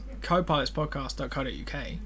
copilotspodcast.co.uk